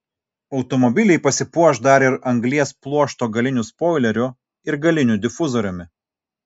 automobiliai pasipuoš dar ir anglies pluošto galiniu spoileriu ir galiniu difuzoriumi